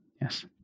Yes